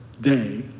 day